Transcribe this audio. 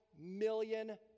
million